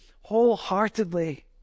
wholeheartedly